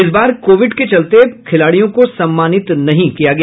इस बार कोविड के चलते खिलाड़ियों को सम्मानित नहीं किया गया